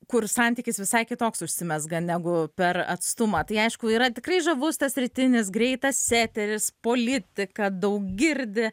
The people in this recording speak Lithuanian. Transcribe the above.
kur santykis visai kitoks užsimezga negu per atstumą tai aišku yra tikrai žavus tas rytinis greitas eteris politika daug girdi